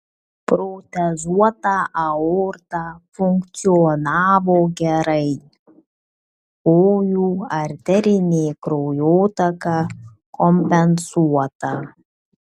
protezuota aorta funkcionavo gerai kojų arterinė kraujotaka kompensuota